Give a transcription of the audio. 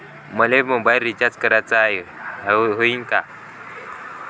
मले mobile recharge कराचा हाय, होईनं का?